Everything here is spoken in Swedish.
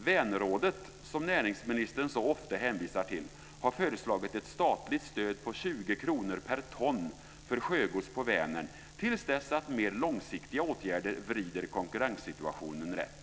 Vänerrådet, som näringsministern så ofta hänvisar till, har föreslagit ett statligt stöd på 20 kr per ton för sjögods på Vänern till dess att mer långsiktiga åtgärder vrider konkurrenssituationen rätt.